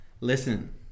Listen